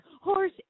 horse